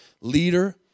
leader